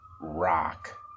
rock